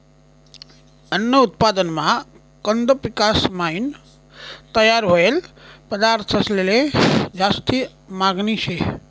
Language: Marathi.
अन्न उत्पादनमा कंद पिकेसपायीन तयार व्हयेल पदार्थंसले जास्ती मागनी शे